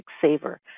saver